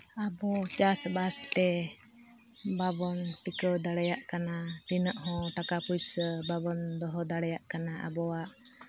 ᱟᱵᱚ ᱪᱟᱥᱵᱟᱥ ᱛᱮ ᱵᱟᱵᱚᱱ ᱴᱤᱠᱟᱹᱣ ᱫᱟᱲᱮᱭᱟᱜ ᱠᱟᱱᱟ ᱛᱤᱱᱟᱹᱜ ᱦᱚᱸ ᱴᱟᱠᱟ ᱯᱩᱭᱥᱟᱹ ᱵᱟᱵᱚᱱ ᱫᱚᱦᱚ ᱫᱟᱲᱮᱭᱟᱜ ᱠᱟᱱᱟ ᱟᱵᱚᱣᱟᱜ